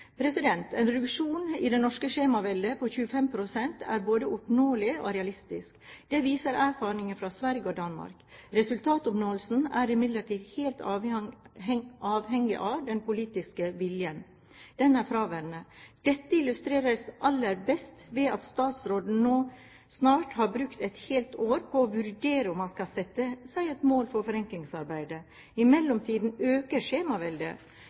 En reduksjon i det norske skjemaveldet på 25 pst. er både oppnåelig og realistisk. Det viser erfaringene fra Sverige og Danmark. Resultatoppnåelsen er imidlertid helt avhengig av den politiske viljen. Den er fraværende. Dette illustreres aller best ved at statsråden nå snart har brukt et helt år på å vurdere om han skal sette seg et mål for forenklingsarbeidet. I mellomtiden øker skjemaveldet.